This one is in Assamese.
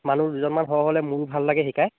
মানুহ দুজনমান সৰহ হ'লে মোৰ ভাল লাগে শিকাই